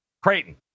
Creighton